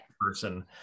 person